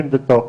אם בתוך